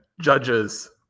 judges